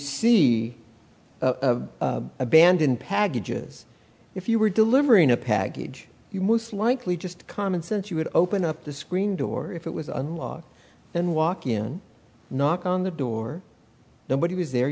see a band in packages if you were delivering a package you most likely just common sense you would open up the screen door if it was unlocked and walk in knock on the door nobody was there